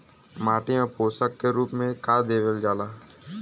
माटी में पोषण के रूप में का देवल जाला?